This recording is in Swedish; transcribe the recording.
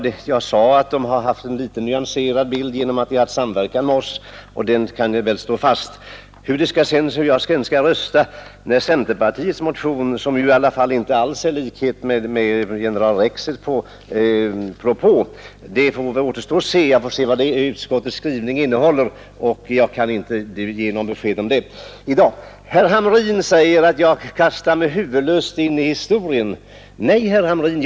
Jag framhöll att centern har haft en nyanserad uppfattning i dessa frågor genom att partiet har samverkat med oss, och den bedömningen står jag för. Hur jag sedan skall rösta när vi behandlar centerpartiets förslag, som inte är riktigt lika med generaldirektör Rexeds propå, återstår att se. Jag kan inte ge besked om det i dag, utan jag vill först se vad utskottets skrivning innehåller. Herr Hamrin sade att jag kastade mig huvudstupa in i historien. Nej, herr Hamrin, det gjorde jag inte.